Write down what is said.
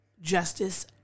justice